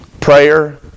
Prayer